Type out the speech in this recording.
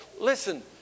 Listen